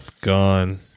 Gone